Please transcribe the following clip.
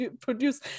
produce